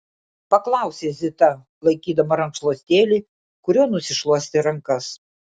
paklausė zita laikydama rankšluostėlį kuriuo nusišluostė rankas